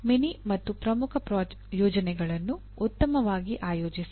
mini ಮತ್ತು ಪ್ರಮುಖ ಯೋಜನೆಗಳನ್ನು ಉತ್ತಮವಾಗಿ ಆಯೋಜಿಸಿ